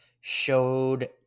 showed